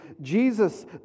Jesus